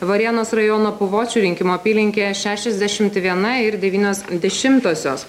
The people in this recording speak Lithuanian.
varėnos rajono puvočių rinkimų apylinkėje šešiasdešimt viena ir devynios dešimtosios